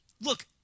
look